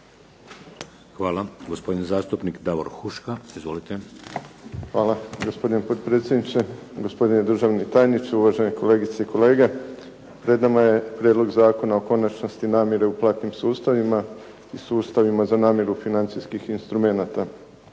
Hvala. Gospodin zastupnik Davor Huška. Izvolite. **Huška, Davor (HDZ)** Hvala gospodine potpredsjedniče. Gospodine državni tajniče, uvažene kolegice i kolege. Pred nama je Prijedlog zakona o konačnosti namire u platnim sustavima i sustavima za namiru financijskih instrumenata.